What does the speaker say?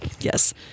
Yes